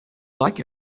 like